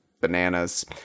bananas